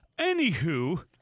Anywho